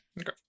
Okay